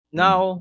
now